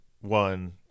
One